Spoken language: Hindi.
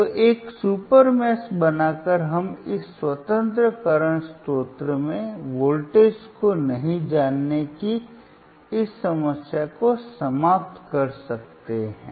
तो एक सुपर मेष बनाकर हम इस स्वतंत्र करंट स्रोत में वोल्टेज को नहीं जानने की इस समस्या को समाप्त कर सकते हैं